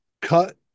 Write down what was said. cut